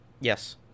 Yes